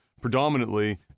predominantly